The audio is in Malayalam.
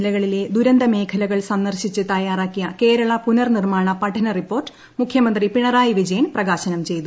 ജില്ലകളിലെ ദുരന്തമേഖലകൾ സന്ദർശിച്ച് തയ്യാറാക്കിയ കേരള പുനർനിർമ്മാണ പഠന റിപ്പോർട്ട് മുഖ്യമന്ത്രി പിണറായി വിജയൻ പ്രകാശനം ചെയ്തു